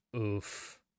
oof